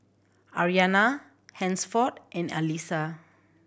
Aryana Hansford and Alisa